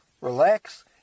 relax